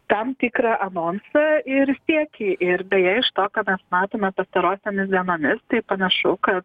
tam tikrą anonsą ir siekį ir deja iš to ką mes matome pastarosiomis dienomis tai panašu kad